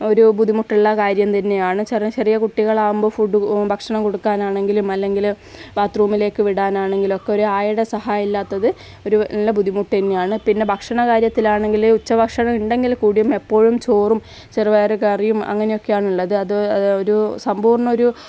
ഒരു ബുദ്ധിമുട്ടുള്ള കാര്യം തന്നെയാണ് ചെറിയ ചെറിയ കുട്ടികളാകുമ്പോൾ ഫുഡ് ഭക്ഷണം കൊടുക്കാൻ ആണെങ്കിലും അല്ലെങ്കിൽ ബാത്റൂമിലേക്ക് വിടാൻ ആണെങ്കിലുമൊക്കെ ഒരു ആയയുടെ സഹായം ഇല്ലാത്തത് ഒരു നല്ല ബുദ്ധിമുട്ട് തന്നെയാണ് പിന്നെ ഭക്ഷണ കാര്യത്തിൽ ആണെങ്കിൽ ഉച്ച ഭക്ഷണം ഉണ്ടെങ്കിൽ കൂടിയും എപ്പോഴും ചോറും ചെറുപയർ കറിയും അങ്ങനെയൊക്കെയാണ് ഉള്ളത് അത് ഒരു സമ്പൂർണ്ണ ഒരു